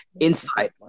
insight